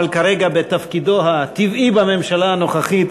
אבל כרגע בתפקידו הטבעי בממשלה הנוכחית,